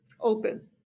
open